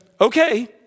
okay